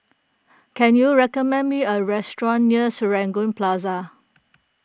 can you recommend me a restaurant near Serangoon Plaza